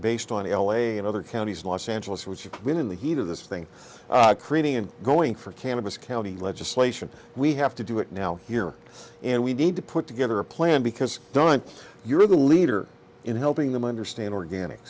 based on l a and other counties los angeles which have been in the heat of this thing creating and going for cannabis county legislation we have to do it now here and we need to put together a plan because don you're the leader in helping them understand organic